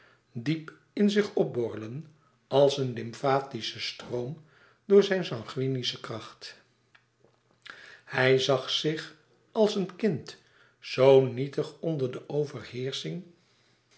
diep in zich opborrelen als een lymfatische stroom door zijne sanguinische kracht hij zag zich als een kind zoo nietig onder de